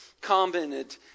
commented